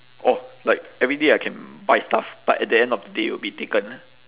orh like every day I can buy stuff but at the end of the day it will be taken